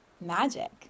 magic